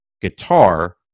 guitar